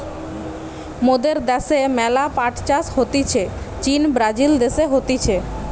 মোদের দ্যাশে ম্যালা পাট চাষ হতিছে চীন, ব্রাজিল দেশে হতিছে